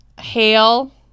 hail